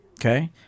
Okay